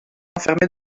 enfermer